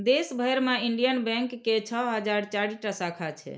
देश भरि मे इंडियन बैंक के छह हजार चारि टा शाखा छै